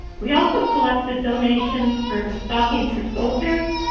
we also collected donations for stockings for soldiers,